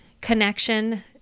connection